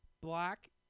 Black